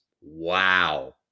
Wow